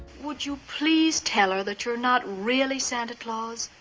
would you please tell her that you're not really santa claus,